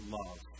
love